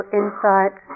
insight